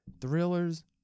thrillers